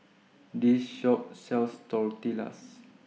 This Shop sells Tortillas